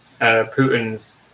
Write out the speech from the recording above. Putin's